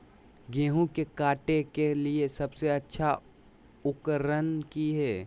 गेहूं के काटे के लिए सबसे अच्छा उकरन की है?